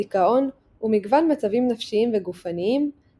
דיכאון ומגוון מצבים נפשיים וגופנייםכגון